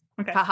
Okay